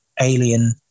alien